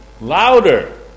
Louder